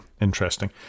interesting